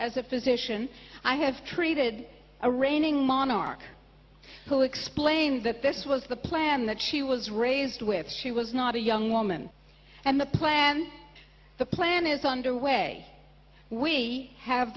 as a physician i have treated a reigning monarch who explained that this was the plan that she was raised with she was not a young woman and the plan the plan is underway we have